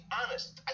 honest